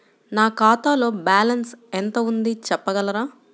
నా ఖాతాలో బ్యాలన్స్ ఎంత ఉంది చెప్పగలరా?